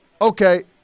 Okay